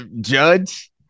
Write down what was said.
judge